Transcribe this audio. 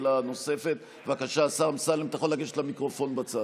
מסיבות פוליטיות.